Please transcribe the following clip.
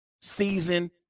season